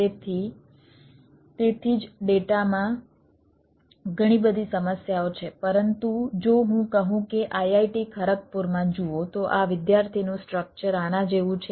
તેથી તેથી જ ડેટામાં ઘણી બધી સમસ્યાઓ છે પરંતુ જો હું કહું કે IIT ખરગપુરમાં જુઓ તો આ વિદ્યાર્થીનું સ્ટ્રક્ચર આના જેવું છે